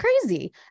crazy